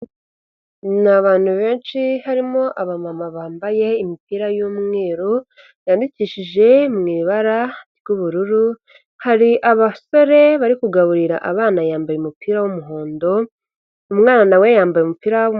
Ni abantu benshi harimo abamama bambaye imipira y'umweru yandikishije mu ibara ry'ubururu, hari abasore bari kugaburira abana yambaye umupira w'umuhondo, umwana we yambaye umupira.